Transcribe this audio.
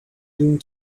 doing